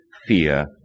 ...fear